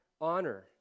Honor